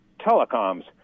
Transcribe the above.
telecoms